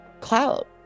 clout